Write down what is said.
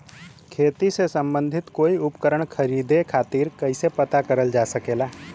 खेती से सम्बन्धित कोई उपकरण खरीदे खातीर कइसे पता करल जा सकेला?